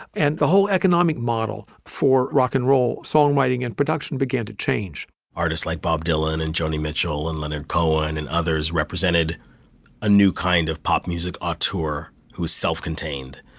and the whole economic model for rock and roll songwriting and production began to change artists like bob dylan and joni mitchell and leonard cohen and others represented a new kind of pop music ah auteur whose self-contained.